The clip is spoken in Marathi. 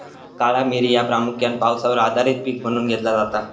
काळा मिरी ह्या प्रामुख्यान पावसावर आधारित पीक म्हणून घेतला जाता